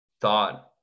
thought